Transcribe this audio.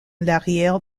l’arrière